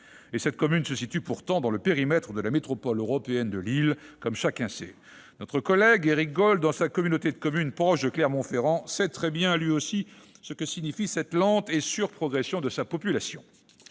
Celle-ci se situe pourtant dans le périmètre de la métropole européenne de Lille. Notre collègue Éric Gold, dans sa communauté de communes proche de Clermont-Ferrand, sait très bien lui aussi ce que signifie cette lente et sûre progression de sa population.